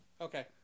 okay